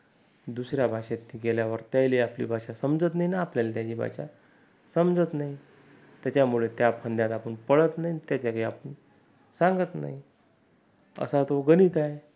दुसऱ्या भाषेत गेल्यावर त्यायली आपली भाषा समजत नाही न आपल्याला त्याची भाषा समजत नाही त्याच्यामुळे त्या फंदात आपण पडत नाही त्या जागी आपण सांगत नाही असा तो गणित आहे त्याचं काही हरकत नाही आहे